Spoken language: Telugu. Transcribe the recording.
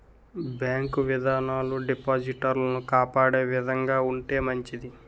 బ్యాంకు విధానాలు డిపాజిటర్లను కాపాడే విధంగా ఉంటే మంచిది